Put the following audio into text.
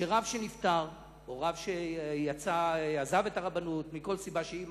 שרב שנפטר או רב שעזב את הרבנות מכל סיבה שהיא,